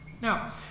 Now